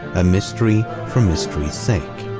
a mystery for mysteries sake.